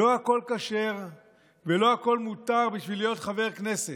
לא הכול כשר ולא הכול מותר בשביל להיות חבר כנסת.